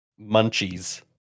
Munchies